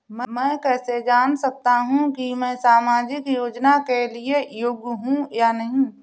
मैं कैसे जान सकता हूँ कि मैं सामाजिक योजना के लिए योग्य हूँ या नहीं?